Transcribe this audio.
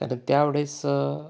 कारण त्या वेळेस